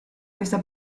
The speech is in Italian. questa